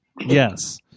yes